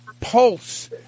pulse